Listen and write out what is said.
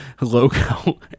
logo